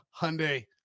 hyundai